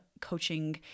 coaching